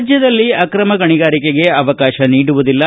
ರಾಜ್ಞದಲ್ಲಿ ಆಕ್ರಮ ಗಣಿಗಾರಿಕೆಗೆ ಅವಕಾಶ ನೀಡುವುದಿಲ್ಲ